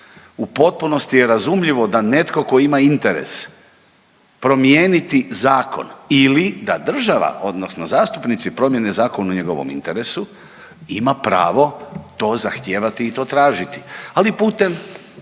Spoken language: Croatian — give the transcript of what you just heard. U potpunosti je razumljivo da netko tko ima interes promijeniti zakon ili da država odnosno zastupnici promijene zakon u njegovom interesu ima pravo to zahtijevati i to tražiti ali putem